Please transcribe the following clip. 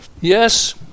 Yes